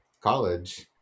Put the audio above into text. college